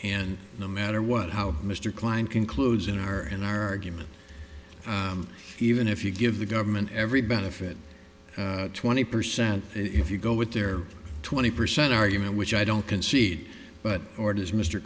and no matter what how mr klein concludes in our in our argument even if you give the government every benefit twenty percent if you go with their twenty percent argument which i don't concede but orders mr